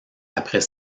après